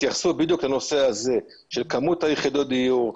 התייחסו בדיוק לנושא הזה של כמות יחידות הדיור,